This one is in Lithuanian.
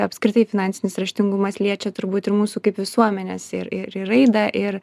apskritai finansinis raštingumas liečia turbūt ir mūsų kaip visuomenės ir ir raidą ir